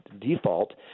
default